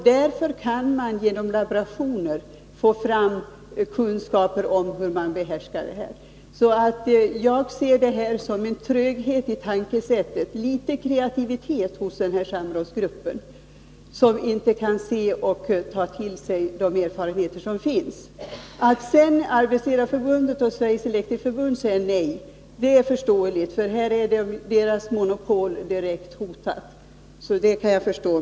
Därför går det att genom laborationer få fram hur en person behärskar sin uppgift. Jag ser det som en tröghet i tankegången, en alltför liten kreativitet hos samrådsgruppen, när den inte kan ta till vara de erfarenheter som finns. Att sedan Arbetsledareförbundet och Svenska elektrikerförbundet säger nej är förståeligt — deras monopol är direkt hotat.